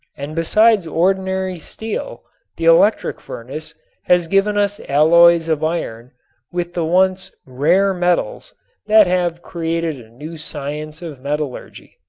and besides ordinary steel the electric furnace has given us alloys of iron with the once rare metals that have created a new science of metallurgy.